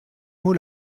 mot